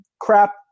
crap